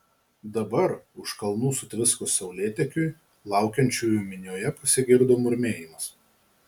dabar už kalnų sutviskus saulėtekiui laukiančiųjų minioje pasigirdo murmėjimas